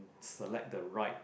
select the right